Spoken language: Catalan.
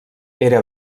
era